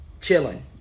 chilling